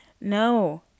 No